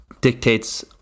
dictates